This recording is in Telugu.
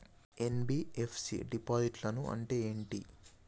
ఎన్.బి.ఎఫ్.సి డిపాజిట్లను అంటే ఏంటి?